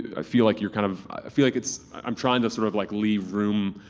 i feel like you're kind of. i feel like it's. i'm trying to sort of like leave room.